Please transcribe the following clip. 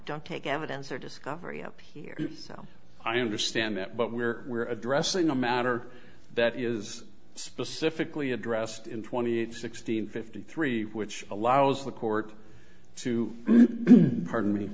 take evidence or discovery up here now i understand that but we're addressing a matter that is specifically addressed in twenty eight sixteen fifty three which allows the court to pardon me